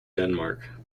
denmark